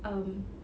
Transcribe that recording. um